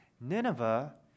Nineveh